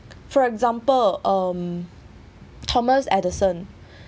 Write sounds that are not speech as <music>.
for example uh thomas edison <breath>